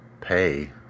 pay